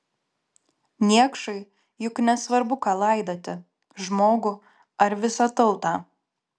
niekšui juk nesvarbu ką laidoti žmogų ar visą tautą